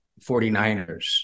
49ers